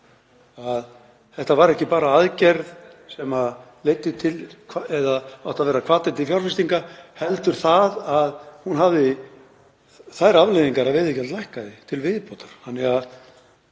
Þetta var ekki bara aðgerð sem átti að vera hvati til fjárfestinga heldur hafði hún þær afleiðingar að veiðigjald lækkaði til viðbótar.